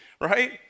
right